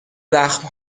زخم